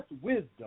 wisdom